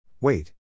Wait